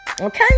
okay